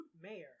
Mayor